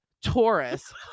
Taurus